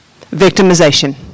victimization